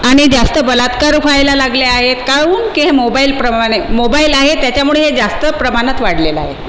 आणि जास्त बलात्कार व्हायला लागले आहेत काहून की हे मोबाईल प्रमाणे मोबाईल आहे त्याच्यामुळे हे जास्त प्रमाणात वाढलेलं आहे